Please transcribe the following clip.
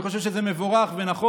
אני חושב שזה מבורך ונכון.